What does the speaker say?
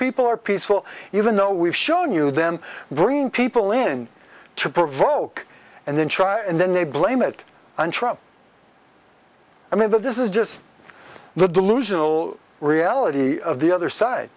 people are peaceful even though we've shown you them bringing people in to provoke and then try and then they blame it on trust i mean that this is just the delusional reality of the other side